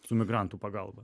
su migrantų pagalba